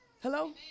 Hello